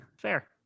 Fair